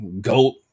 goat